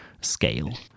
scale